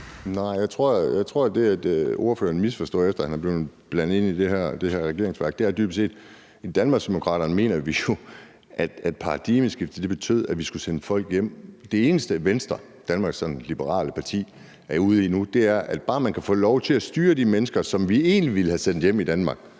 (DD): Jeg tror, at ordføreren misforstår det, fordi han er blevet blandet ind i det her som regeringsvagt. Det handler dybest set om, at vi i Danmarksdemokraterne mener, at paradigmeskiftet betød, at vi skulle sende folk hjem. Det eneste, som Venstre – Danmarks sådan Liberale Parti – er ude i nu, er bare at få lov til at styre de mennesker, som vi egentlig ville have sendt hjem fra Danmark.